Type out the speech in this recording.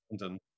London